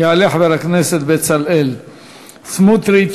יעלה חבר הכנסת בצלאל סמוטריץ,